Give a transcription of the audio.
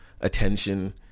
attention